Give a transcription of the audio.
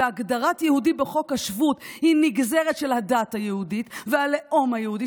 והגדרת יהודי בחוק השבות היא נגזרת של הדת היהודית והלאום היהודי,